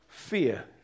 Fear